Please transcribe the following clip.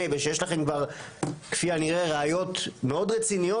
ושיש לכם כבר כפי הנראה ראיות מאוד רציניות.